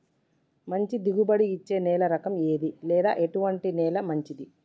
మంచి దిగుబడి ఇచ్చే నేల రకం ఏది లేదా ఎటువంటి నేల మంచిది?